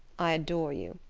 i adore you.